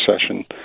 session